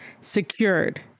secured